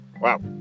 Wow